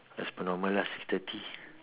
as per normal lah six thirty